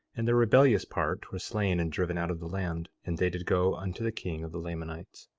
and the rebellious part were slain and driven out of the land, and they did go unto the king of the lamanites.